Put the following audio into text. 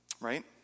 Right